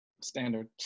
Standard